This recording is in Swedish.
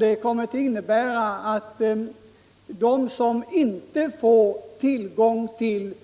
Det kommer att innebära att de som inte får tillgång till